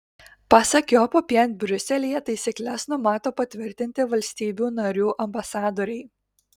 pasak jo popiet briuselyje taisykles numato patvirtinti valstybių narių ambasadoriai